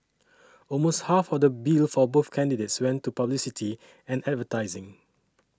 almost half of the bill for both candidates went to publicity and advertising